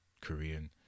Korean